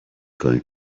going